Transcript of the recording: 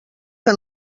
que